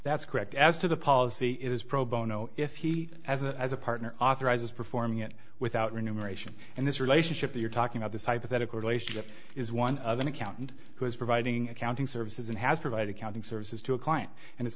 that's correct as to the policy is pro bono if he as a as a partner authorizes performing it without renumeration and this relationship you're talking about this hypothetical relationship is one of an accountant who is providing accounting services and has provided counting services to a client and it's